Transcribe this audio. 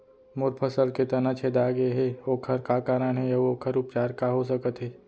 मोर फसल के तना छेदा गेहे ओखर का कारण हे अऊ ओखर उपचार का हो सकत हे?